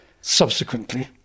subsequently